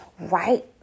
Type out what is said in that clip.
right